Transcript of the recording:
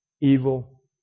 evil